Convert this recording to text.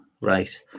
Right